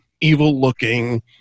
evil-looking